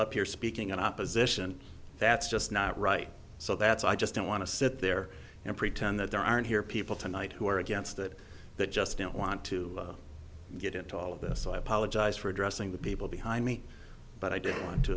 up here speaking in opposition that's just not right so that's i just don't want to sit there and pretend that there aren't here people tonight who are against it that just don't want to get into all of this so i apologize for addressing the people behind me but i do want to